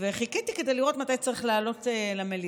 וחיכיתי כדי לראות מתי צריך לעלות למליאה,